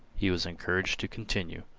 he was encouraged to continue.